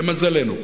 למזלנו,